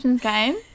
game